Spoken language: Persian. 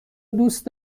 دوست